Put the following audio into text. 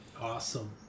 Awesome